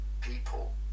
people